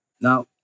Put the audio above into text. Now